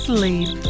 Sleep